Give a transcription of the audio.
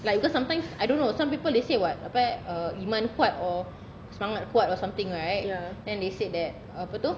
like because sometimes I don't know some people they say [what] apa eh iman kuat or semangat kuat or something right then they said that apa tu